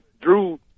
Drew